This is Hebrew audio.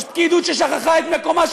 יש פקידות ששכחה את מקומה,